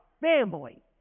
family